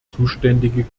zuständige